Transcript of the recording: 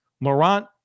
Laurent